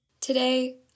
Today